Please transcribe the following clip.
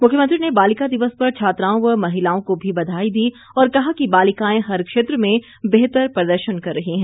मुख्यमंत्री ने बालिका दिवस पर छात्राओं व महिलाओं को भी बधाई दी और कहा कि बालिकाएं हर क्षेत्र में बेहतर प्रदर्शन कर रही है